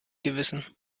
gewissen